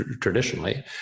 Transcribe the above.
traditionally